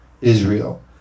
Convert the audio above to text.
Israel